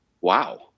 Wow